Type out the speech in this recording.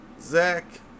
Zach